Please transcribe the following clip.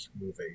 movie